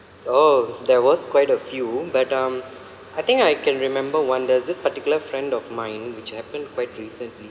oh there was quite a few but um I think I can remember wonders this particular friend of mine which happened quite recently